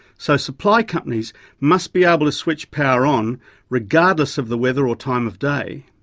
so supply companies must be able to switch power on regardless of the weather or time of day.